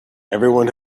everyone